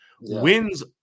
Wins